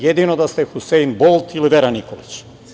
Jedino da ste Husein Bolt ili Vera Nikolić.